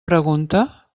pregunta